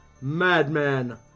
madman